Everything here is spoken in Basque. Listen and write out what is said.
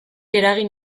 eragin